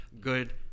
good